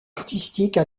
artistiques